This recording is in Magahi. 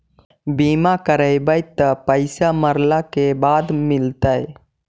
बिमा करैबैय त पैसा मरला के बाद मिलता?